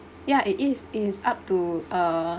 ya it is it is up to uh